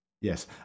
Yes